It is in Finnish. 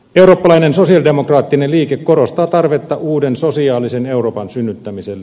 eurooppalainen sosialidemokraattinen liike korostaa tarvetta uuden sosiaalisen euroopan synnyttämiselle